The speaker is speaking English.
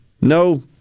No